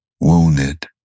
wounded